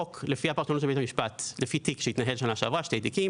לפי שני תיקים שהתנהלו בשנה שעברה